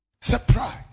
Surprise